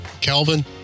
Calvin